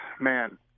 man